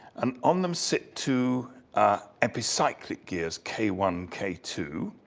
and on them sit two epicyclic gears k one, k two.